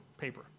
paper